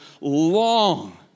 long